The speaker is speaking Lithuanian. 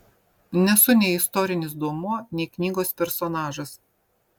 nesu nei istorinis duomuo nei knygos personažas